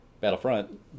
Battlefront